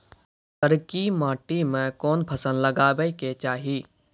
करकी माटी मे कोन फ़सल लगाबै के चाही?